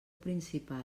principal